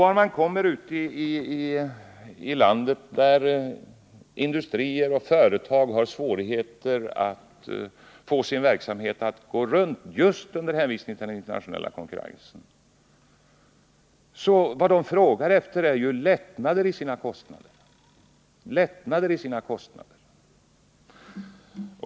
Vart man än kommer ute i landet där industrier och företag just på grund av den internationella konkurrensen har svårt att få verksamheten att gå runt märker man att vad de frågar efter är hur de skall kunna få några lättnader i sina kostnader.